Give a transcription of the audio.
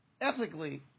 ethically